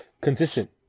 consistent